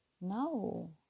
no